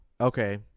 Okay